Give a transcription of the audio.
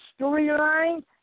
storyline